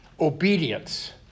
obedience